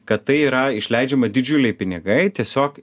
kad tai yra išleidžiama didžiuliai pinigai tiesiog